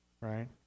right